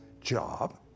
job